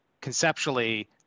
conceptually